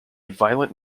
violent